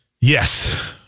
Yes